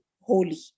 holy